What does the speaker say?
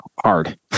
hard